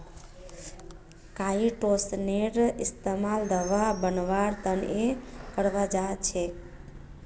काईटोसनेर इस्तमाल दवा बनव्वार त न कराल जा छेक